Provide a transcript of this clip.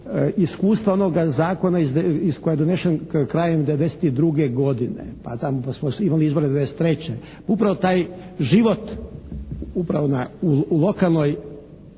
iskustva onoga zakona koji je donesen krajem 92. godine pa smo imali izbore 93., upravo taj život upravo u lokalnoj,